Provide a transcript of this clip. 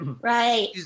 Right